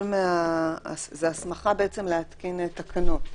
זה הסכמה בעצם להתקין תקנות,